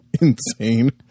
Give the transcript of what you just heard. insane